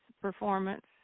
performance